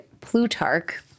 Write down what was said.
Plutarch